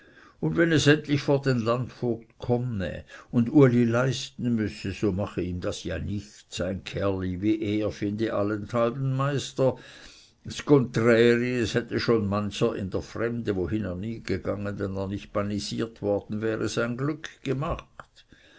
oder wenn es endlich vor den landvogt komme und uli leisten müsse so mache ihm das ja nichts ein kerli wie er finde allenthalben meister ds gunträri es hätte schon mancher in der fremde wohin er nie gegangen wenn er nicht bannisiert worden wäre sein glück gemacht